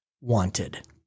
wanted